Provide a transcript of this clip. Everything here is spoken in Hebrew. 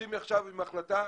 יוצאים עכשיו עם החלטה,